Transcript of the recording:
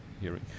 hearing